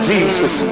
Jesus